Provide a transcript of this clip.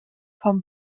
vom